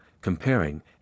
comparing